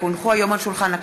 כי הונחו היום על שולחן הכנסת,